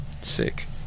sick